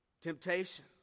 temptation